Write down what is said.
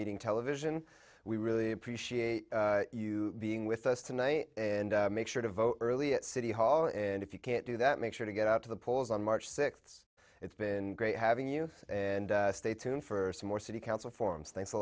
meeting television we really appreciate you being with us tonight and make sure to vote early at city hall and if you can't do that make sure to get out to the polls on march sixth it's been great having you and stay tuned for some more city council forums thanks a